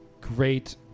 great